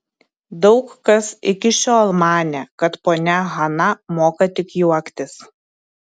daug kas iki šiol manė kad ponia hana moka tik juoktis